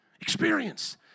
experience